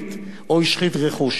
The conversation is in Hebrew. מילולית או השחית רכוש.